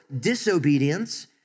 disobedience